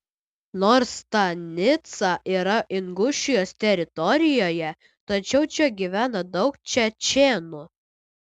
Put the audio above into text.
nors stanica yra ingušijos teritorijoje tačiau čia gyvena daug čečėnų